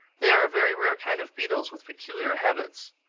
they are a very rare kind of beetles with peculiar habits.